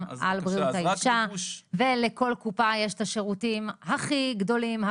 על בריאות האישה ולכל קופת חולים יש את השירותים הכי גדולים,